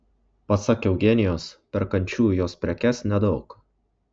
pasak eugenijos perkančiųjų jos prekes nedaug